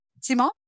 Simon